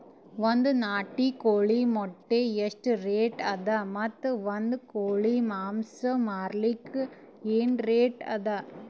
ಒಂದ್ ನಾಟಿ ಕೋಳಿ ಮೊಟ್ಟೆ ಎಷ್ಟ ರೇಟ್ ಅದ ಮತ್ತು ಒಂದ್ ಕೋಳಿ ಮಾಂಸ ಮಾರಲಿಕ ಏನ ರೇಟ್ ಅದ?